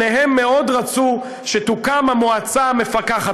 שניהם מאוד רצו שתוקם המועצה המפקחת.